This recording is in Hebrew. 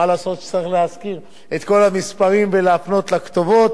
מה לעשות שצריך להזכיר את כל המספרים ולהפנות לכתובות,